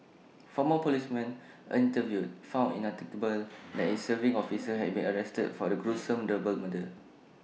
former policemen interviewed found IT unthinkable that A serving officer had been arrested for the gruesome double murder